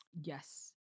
Yes